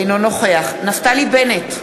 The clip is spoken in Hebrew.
אינו נוכח נפתלי בנט,